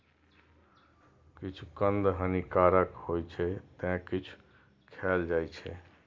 किछु कंद हानिकारक होइ छै, ते किछु खायल जाइ छै